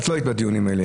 את לא היית בדיונים האלה,